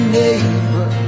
neighbor